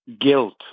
guilt